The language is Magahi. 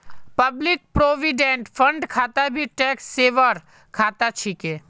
पब्लिक प्रोविडेंट फण्ड खाता भी टैक्स सेवर खाता छिके